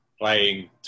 playing